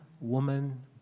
woman